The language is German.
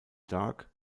dark